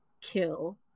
kill